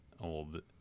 old